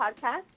podcast